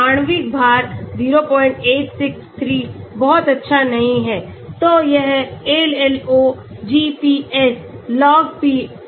आणविक भार 0863 बहुत अच्छा नहीं है तो यह ALOGPS logP 086 है